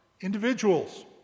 individuals